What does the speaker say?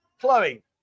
Chloe